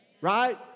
Right